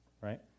right